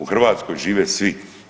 U Hrvatskoj žive svi.